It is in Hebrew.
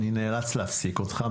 אני נאלץ להפסיק אותך,